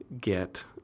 get